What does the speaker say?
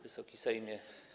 Wysoki Sejmie!